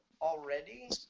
already